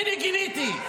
הינה, גיניתי.